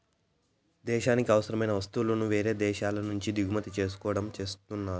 దేశానికి అవసరమైన వస్తువులను వేరే దేశాల నుంచి దిగుమతి చేసుకోవడం చేస్తున్నారు